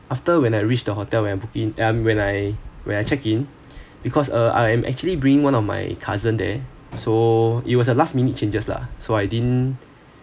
after when I reach the hotel when I book in I mean when I when I checking because uh I'm actually bring one of my cousin there so it was a last minute changes lah so I didn't